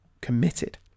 committed